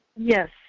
Yes